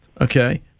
okay